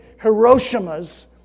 Hiroshima's